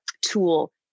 tool